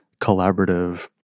collaborative